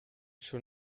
schon